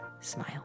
smile